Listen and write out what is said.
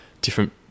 different